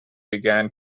began